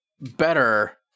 better